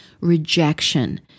rejection